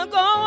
go